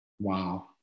Wow